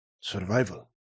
Survival